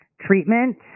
treatment